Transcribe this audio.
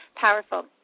powerful